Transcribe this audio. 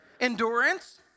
Endurance